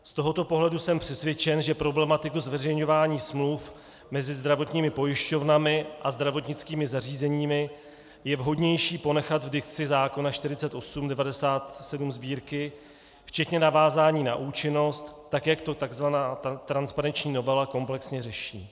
Z tohoto pohledu jsem přesvědčen, že problematiku zveřejňování smluv mezi zdravotními pojišťovnami a zdravotnickými zařízeními je vhodnější ponechat v dikci zákona č. 48/1997 Sb., včetně navázání na účinnost, tak jak to tzv. transparenční novela komplexně řeší.